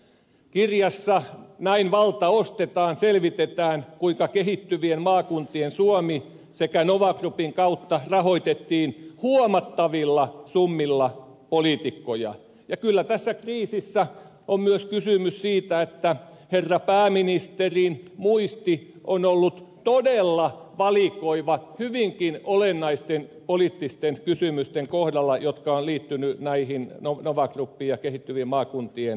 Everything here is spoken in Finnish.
kirjassa näin valta ostetaan selvitetään kuinka kehittyvien maakuntien suomen sekä nova groupin kautta rahoitettiin huomattavilla summilla poliitikkoja ja kyllä tässä kriisissä on myös kysymys siitä että herra pääministerin muisti on ollut todella valikoiva niiden hyvinkin olennaisten poliittisten kysymysten kohdalla jotka ovat liittyneet näihin nova groupiin ja kehittyvien maakuntien suomeen